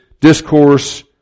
discourse